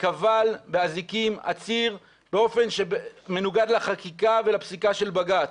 כבל באזיקים עציר באופן שמנוגד לחקיקה ולפסיקה של בג"צ.